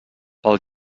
pel